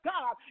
God